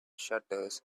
shutters